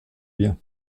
bien